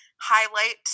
highlight